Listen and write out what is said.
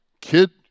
kid